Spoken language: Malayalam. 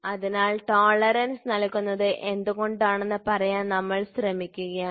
അതിനാൽ ടോളറൻസ് നൽകുന്നത് എന്തുകൊണ്ടാണെന്ന് പറയാൻ ഞങ്ങൾ ശ്രമിക്കുകയാണ്